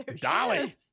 Dolly